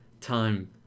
time